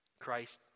Christ